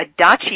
Adachi